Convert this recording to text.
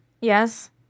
yes